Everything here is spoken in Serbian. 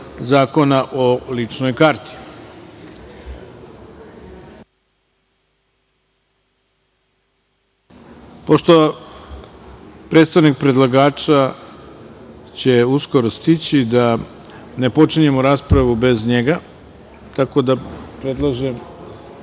Zakona o ličnoj karti. Pošto će predstavnik predlagača uskoro stići, da ne počinjemo raspravu bez njega, tako da predlažem